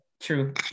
true